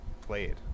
played